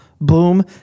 boom